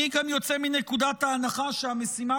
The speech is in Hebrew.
אני גם יוצא מנקודת ההנחה שהמשימה